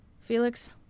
Felix